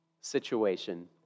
situation